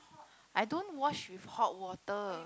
I don't wash with hot water